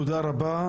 תודה רבה.